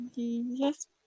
Yes